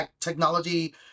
technology